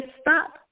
stop